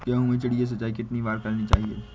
गेहूँ में चिड़िया सिंचाई कितनी बार करनी चाहिए?